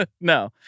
No